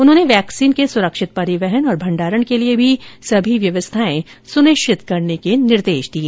उन्होंने वैक्सीन के ॅ सुरक्षित परिवहन और भण्डारण के लिए भी सभी व्यवस्थाएं सुनिश्चित करने के निर्देश दिए